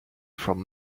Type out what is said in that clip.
from